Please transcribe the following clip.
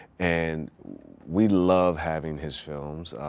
and we love having his films.